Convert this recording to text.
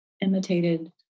imitated